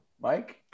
Mike